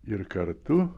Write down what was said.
ir kartu